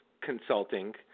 consulting